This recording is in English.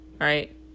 right